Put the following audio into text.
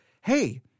hey